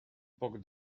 poc